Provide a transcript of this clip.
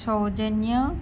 సౌజన్య